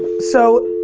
so